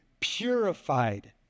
purified